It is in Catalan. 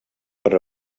per